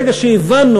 ברגע שהבנו,